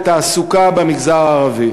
לתעסוקה במגזר הערבי,